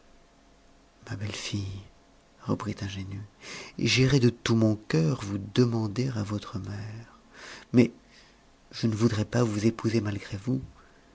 ma belle fille reprit ingénu j'irai de tout mon cœur vous demander à votre mère mais je ne voudrais pas vous épouser malgré vous